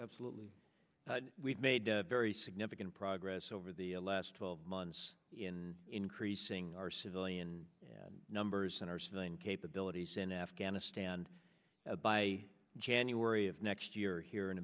absolutely we've made very significant progress over the last twelve months in increasing our civilian numbers and our civilian capabilities in afghanistan and by january of next year here in